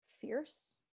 Fierce